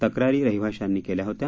तक्रारी रहिवाशांनी केल्या होत्या